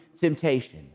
temptation